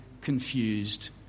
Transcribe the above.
confused